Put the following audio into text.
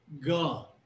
God